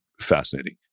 fascinating